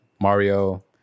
Mario